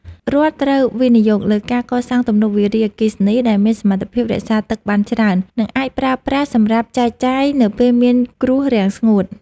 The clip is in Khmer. រដ្ឋត្រូវវិនិយោគលើការកសាងទំនប់វារីអគ្គិសនីដែលមានសមត្ថភាពរក្សាទឹកបានច្រើន និងអាចប្រើប្រាស់សម្រាប់ចែកចាយនៅពេលមានគ្រោះរាំងស្ងួត។